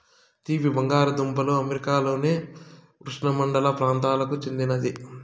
తీపి బంగాలదుంపలు అమెరికాలోని ఉష్ణమండల ప్రాంతాలకు చెందినది